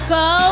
go